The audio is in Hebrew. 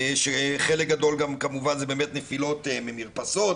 שחלק גדול גם כמובן זה באמת נפילות ממרפסות,